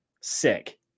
Sick